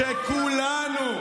כמובן,